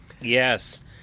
Yes